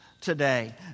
today